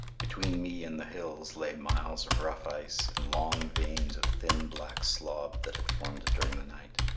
between me and the hills lay miles of rough ice and long veins of thin black slob that had formed during the night.